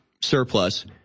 surplus